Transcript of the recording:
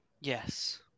Yes